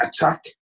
attack